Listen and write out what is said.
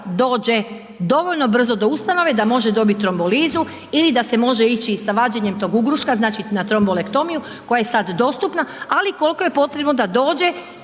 dođe dovoljno brzo do ustanove, da može dobiti trombolizu ili da se može ići sa vađenjem tog ugruška znači na trombolektomiju koja je sada dostupna ali koliko je potrebno da dođe